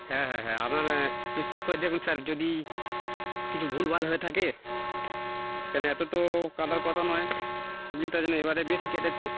হ্যাঁ হ্যাঁ হ্যাঁ আপনার একটু চেক করে দেখুন স্যার যদি কিছু ভুল ভাল হয়ে থাকে এানে এত তো কাটার কথা নয় বিলটা যেন এবারে বেশি কেটেছে